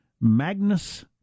Magnus